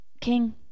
king